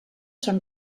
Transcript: son